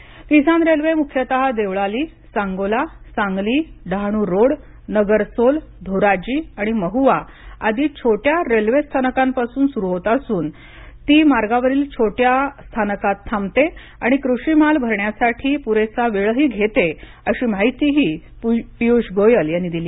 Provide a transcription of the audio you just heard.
या किसान रेल्वे मुख्यतः देवळाली सांगोला सांगली डहाणू रोड नगरसोल धोराजी महूवा आदि छोट्या रेल्वे स्थानकांपासून सुरू होत असून ती मार्गावरील अनेक छोट्या स्थानकात थांबते आणि कृषी माल भरण्यासाठी पुरेसा वेळही घेते अशी माहितीही पियुष गोयल यांनी दिली